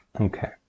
Okay